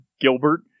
Gilbert